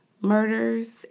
murders